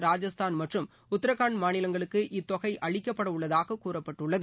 ராஜஸ்தான் மற்றும் உத்ரகாண்ட் மாநிலங்களுக்கு இத்தொகை அளிக்கப்படவுள்ளதாக கூறப்பட்டுள்ளது